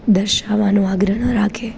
દર્શાવવાનો આગ્રહ રાખે